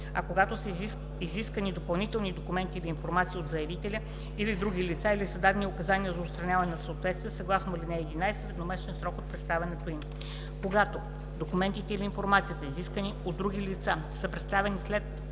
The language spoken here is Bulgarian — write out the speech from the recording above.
а когато са изискани допълнителни документи или информация от заявителя или други лица или са дадени указания за отстраняване на несъответствия съгласно ал. 11 – в едномесечен срок от представянето им. Когато документите или информацията, изискани от други лица, са представени след